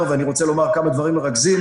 ואני רוצה להגיד כמה דברים מרכזים,